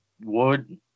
wood